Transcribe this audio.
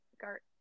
gart